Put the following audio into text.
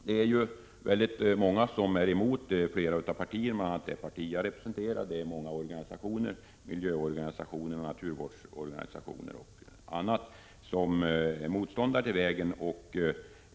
Det är ju många som är emot detta vägbygge, bl.a. det parti jag representerar, liksom miljöorganisationer och naturvårdsorganisationer. Dessa organisationer är motståndare till denna väg.